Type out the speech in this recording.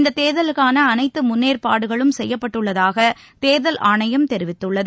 இந்தத் தேர்தல்களுக்கான அனைத்து முன்னேற்பாடுகளும் செய்யப்பட்டுள்ளதாக தேர்தல் ஆணையம் தெரிவித்துள்ளது